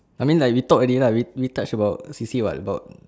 I mean like we talk already lah we touch about C_C_A [what] about